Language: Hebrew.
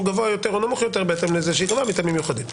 גבוה יותר או נמוך יורת בהתאם לזה שייקבע מטעמים מיוחדים.